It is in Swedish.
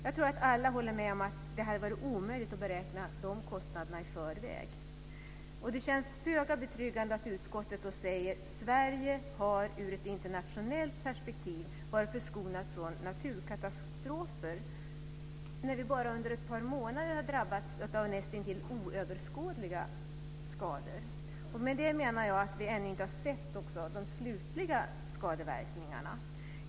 Jag tror att alla håller med om att det hade varit omöjligt att beräkna dessa kostnader i förväg. Det känns föga betryggande att utskottet säger: "Sverige har dock i ett internationellt perspektiv varit förskonat från naturkatastrofer -." Bara under ett par månader drabbades vi av nästintill oöverskådliga skador. Med det menar jag att vi ännu inte har sett de slutliga skadeverkningarna.